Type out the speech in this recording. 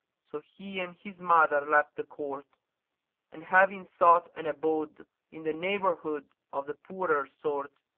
so he and his mother left the court and, having sought an abode in the neighbourhood of the poorer sort,